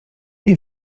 nie